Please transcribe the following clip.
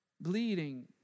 bleeding